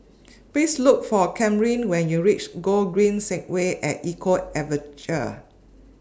Please Look For Kamryn when YOU REACH Gogreen Segway At Eco Adventure